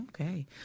Okay